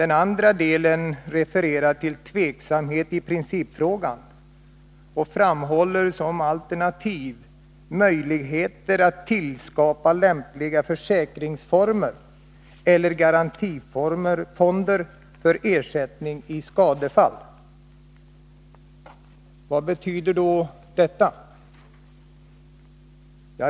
Den andra delen tyder på tveksamhet i principfrågan, eftersom man pekar på alternativet att undersöka möjligheterna att tillskapa lämpliga försäkringsformer eller garantifonder för ersättning i skadefall. Vad betyder då detta?